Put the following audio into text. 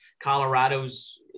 Colorado's